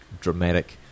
dramatic